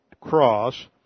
cross